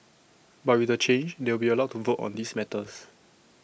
but with the change they will be allowed to vote on these matters